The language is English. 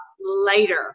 later